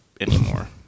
anymore